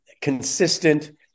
consistent